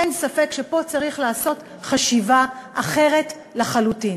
אין ספק שפה צריך לעשות חשיבה אחרת לחלוטין.